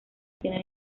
tiene